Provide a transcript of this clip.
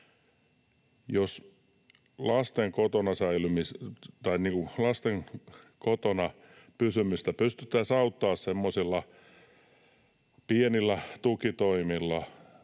Jos lasten kotona pysymistä pystyttäisiin auttamaan semmoisilla pienillä tukitoimilla,